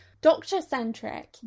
Doctor-centric